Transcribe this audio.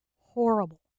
Horrible